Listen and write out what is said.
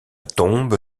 tombe